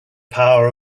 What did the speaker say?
power